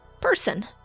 person